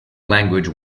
language